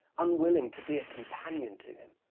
unwilling to be a companion to him.